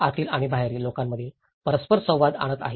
आतील आणि बाहेरील लोकांमधील परस्परसंवाद आणत आहे